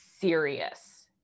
serious